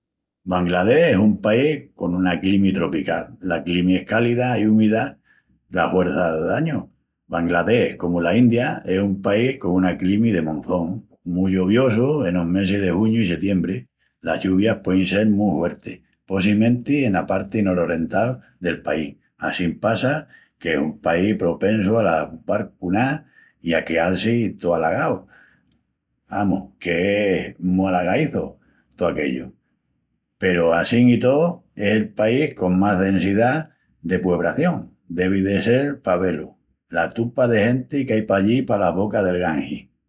Bangladés es un país con una climi tropical, la climi es cálida i úmida la huerça'l añu. Bangladés, comu la India, es un país con una climi de monzón, mu lloviosu enos mesis de juñu i setiembri. Las lluvias puein sel mu huertis, possimenti ena parti nororental del país. Assín passa que es un país propensu alas barcunás i a queal-si tó alagau, amus que es mu alagaízu tó aquellu. Peru assín i tó es el país con más densidá de puebración. Devi de sel pa ve-lu, la tupa de genti qu'ai pallí palas bocas del Gangis.